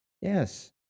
yes